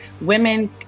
women